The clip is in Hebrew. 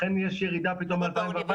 לכן יש ירידה פתאום ב-2014,